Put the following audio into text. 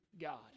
God